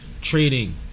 trading